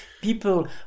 people